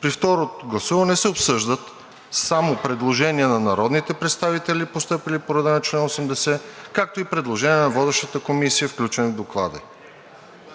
При второ гласуване се обсъждат само предложения на народните представители, постъпили по реда на чл. 80, както и предложение на Водещата комисия, включени в Доклада ѝ.